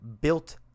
built